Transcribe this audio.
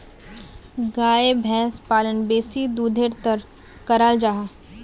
गाय भैंस पालन बेसी दुधेर तंर कराल जाहा